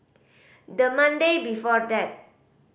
the Monday before that